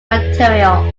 material